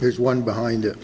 here's one behind it